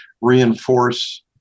reinforce